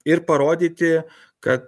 ir parodyti kad